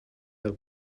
del